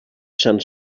sant